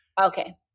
okay